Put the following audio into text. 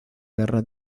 guerra